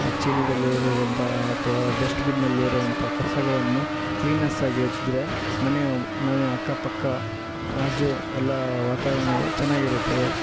ಚೀಲದಲ್ಲಿ ಇರುವಂಥ ಅಥ್ವಾ ಡಸ್ಟ್ಬೀನಲ್ಲಿ ಇರೋವಂಥ ಕಸಗಳನ್ ಕ್ಲಿನ್ನೆಸ್ ಆಗಿ ಇದ್ರೆ ಮನೆಯವು ಮನೆ ಅಕ್ಕ ಪಕ್ಕ ಆಜು ಎಲ್ಲ ವಾತಾವರಣಗಳು ಚೆನ್ನಾಗಿರುತ್ತವೆ